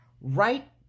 Right